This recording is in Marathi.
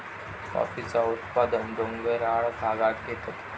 कॉफीचा उत्पादन डोंगराळ भागांत घेतत